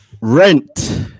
Rent